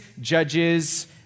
judges